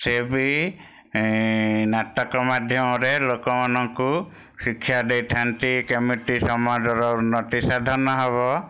ସେ ବି ଏ ନାଟକ ମାଧ୍ୟମରେ ଲୋକମାନଙ୍କୁ ଶିକ୍ଷା ଦେଇଥାନ୍ତି କେମିତି ସମାଜର ଉନ୍ନତି ସାଧନ ହେବ